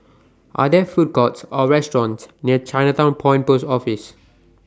Are There Food Courts Or restaurants near Chinatown Point Post Office